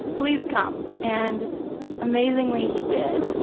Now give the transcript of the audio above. please come. and amazingly, he did.